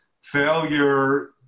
Failure